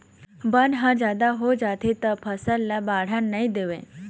बन ह जादा हो जाथे त फसल ल बाड़हन नइ देवय